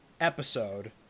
episode